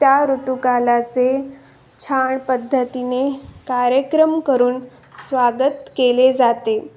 त्या ऋतूकालाचे छान पद्धतीने कार्यक्रम करून स्वागत केले जाते